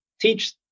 teach